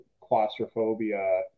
claustrophobia